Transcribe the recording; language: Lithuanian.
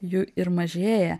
jų ir mažėja